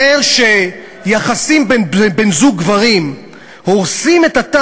אומר שיחסים בין בני-זוג גברים הורסים את התא